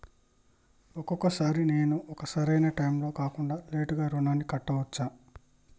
ఒక్కొక సారి నేను ఒక సరైనా టైంలో కాకుండా లేటుగా రుణాన్ని కట్టచ్చా?